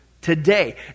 today